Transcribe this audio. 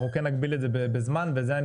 אנחנו כן נגביל את זה בזמן ובזה אני